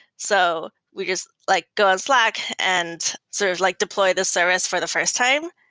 so we just like go on slack and sort of like deploy the service for the fi rst time.